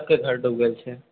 सबकेँ घर डूबि गेल छै